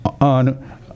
on